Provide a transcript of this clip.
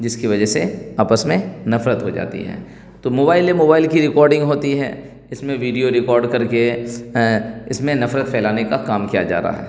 جس کی وجہ سے آپس میں نفرت ہو جاتی ہیں تو موبائل ہے موبائل کی ریکاڈنگ ہوتی ہے اس میں ویڈیو ریکاڈ کر کے اس میں نفرت پھیلانے کا کام کیا جا رہا ہے